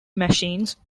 machines